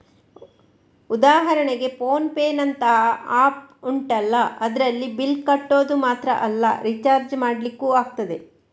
ಉದಾಹರಣೆಗೆ ಫೋನ್ ಪೇನಂತಹ ಆಪ್ ಉಂಟಲ್ಲ ಅದ್ರಲ್ಲಿ ಬಿಲ್ಲ್ ಕಟ್ಟೋದು ಮಾತ್ರ ಅಲ್ಲ ರಿಚಾರ್ಜ್ ಮಾಡ್ಲಿಕ್ಕೂ ಆಗ್ತದೆ